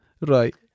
Right